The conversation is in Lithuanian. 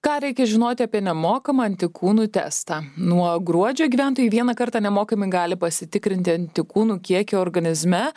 ką reikia žinoti apie nemokamą antikūnų testą nuo gruodžio gyventojai vieną kartą nemokamai gali pasitikrinti antikūnų kiekį organizme